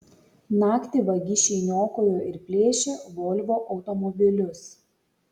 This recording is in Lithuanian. naktį vagišiai niokojo ir plėšė volvo automobilius